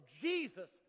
Jesus